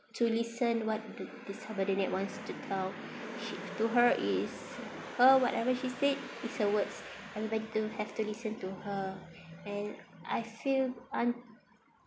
to listen what the the subordinate wants to tell she to her is her whatever she said it's her words everybody to have to listen to her and I feel I'm